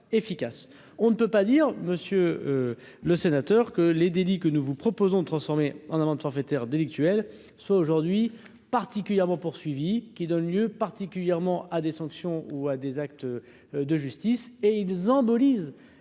on ne peut pas dire, Monsieur le Sénateur, que les délits que nous vous proposons transformée en amende forfaitaire délictuelle soit aujourd'hui particulièrement poursuivi qui donne lieu particulièrement à des sanctions ou à des actes de justice et ils en Bolivie,